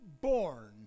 born